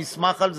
אני אשמח על זה.